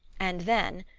and then,